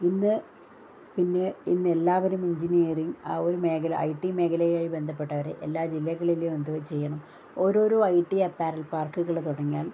ഇന്ന് പിന്നെ ഇന്ന് എല്ലാവരും എഞ്ചിനീയറിങ് ആ ഒരു മേഖല ഐടി മേഖലയുമായി ബന്ധപ്പെട്ടാണ് എല്ലാ ജില്ലകളിൽ എന്ത് ചെയ്യണം ഓരോരോ ഐടി അപ്പാരൽ പാർക്കുകള് തുടങ്ങിയാൽ